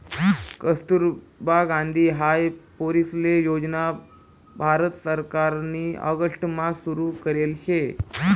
कस्तुरबा गांधी हाई पोरीसले योजना भारत सरकारनी ऑगस्ट मा सुरु करेल शे